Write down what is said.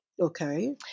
Okay